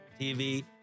TV